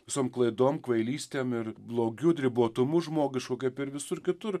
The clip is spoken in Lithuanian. visom klaidom kvailystėm ir blogiu ribotumu žmogišku kaip ir visur kitur